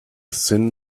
thin